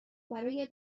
برای